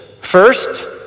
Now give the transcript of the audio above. First